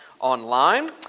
online